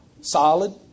solid